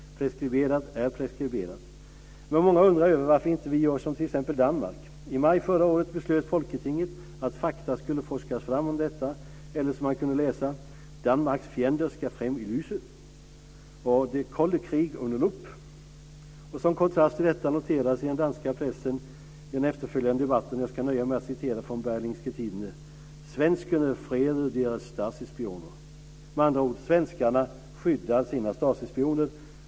Preskriberat är preskriberat. Men många undrar över varför vi inte gör som t.ex. Danmark. I maj förra året beslöt Folketinget att fakta skulle forskas fram om detta eller, som man kunde läsa, att "Danmarks fjender skal frem i lyset" och "Den kolde krig under lup". Som kontrast till detta noterades i den danska pressen i den efterföljande debatten - jag ska nöja mig med att citera från Berlingske Tidende - Det betyder att svenskarna skyddar sina STASI spioner.